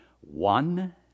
one